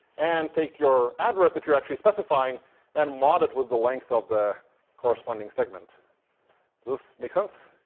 and take your address that you're actually specifying and mod it with the length of the corresponding segment. does this make sense?